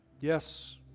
Yes